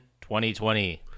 2020